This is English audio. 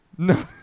No